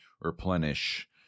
replenish